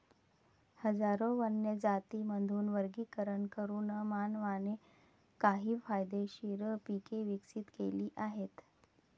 हजारो वन्य जातींमधून वर्गीकरण करून मानवाने काही फायदेशीर पिके विकसित केली आहेत